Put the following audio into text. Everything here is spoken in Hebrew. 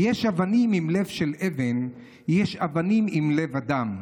/ יש אנשים עם לב של אבן, / יש אבנים עם לב אדם".